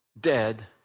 dead